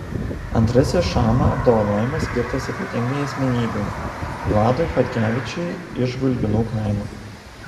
antrasis šama apdovanojimas skirtas ypatingai asmenybei vladui chockevičiui iš gulbinų kaimo